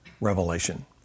Revelation